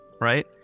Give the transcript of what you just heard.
right